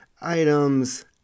items